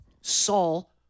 Saul